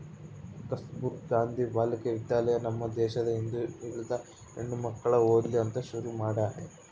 ಕಸ್ತುರ್ಭ ಗಾಂಧಿ ಬಾಲಿಕ ವಿದ್ಯಾಲಯ ನಮ್ ದೇಶದ ಹಿಂದುಳಿದ ಹೆಣ್ಮಕ್ಳು ಓದ್ಲಿ ಅಂತ ಶುರು ಮಾಡ್ಯಾರ